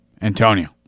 Antonio